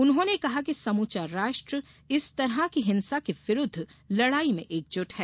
उन्होंने कहा कि समूचा राष्ट्र इस तरह की हिंसा के विरुद्ध लड़ाई में एकजुट है